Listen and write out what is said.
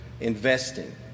investing